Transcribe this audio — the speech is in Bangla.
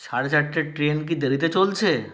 সাড়ে চারটের ট্রেন কি দেরিতে চলছে